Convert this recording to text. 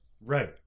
Right